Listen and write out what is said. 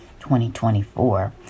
2024